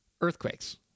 earthquakes